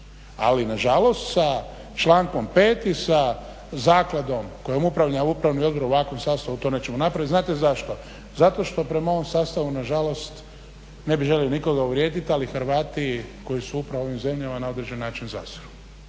Ali na žalost sa člankom 5. i sa zakladom kojom upravlja Upravni odbor u ovakvom sastavu to nećemo napraviti. Znate zašto? Zato što prema ovom sastavu na žalost ne bih želio nikoga uvrijediti, ali Hrvati koji su upravo u ovim zemljama na određen način zaziru.